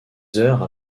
heures